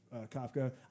Kafka